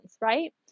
right